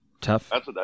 Tough